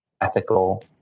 ethical